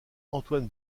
antoine